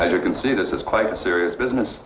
you can see this is quite a serious business